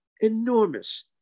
enormous